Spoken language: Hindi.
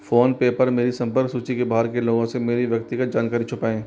फ़ोनपे पर मेरी संपर्क सूची के बाहर के लोगों से मेरी व्यक्तिगत जानकारी छुपाएँ